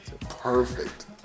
perfect